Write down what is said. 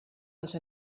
les